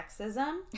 sexism